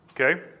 Okay